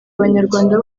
abanyarwanda